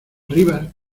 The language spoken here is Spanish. rivas